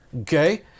okay